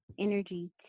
energy